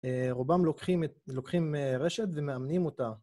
אה... רובם לוקחים א-לוקחים רשת, ומאמנים אותה.